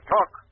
Talk